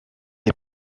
est